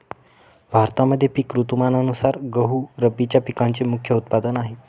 भारतामध्ये पिक ऋतुमानानुसार गहू रब्बीच्या पिकांचे मुख्य उत्पादन आहे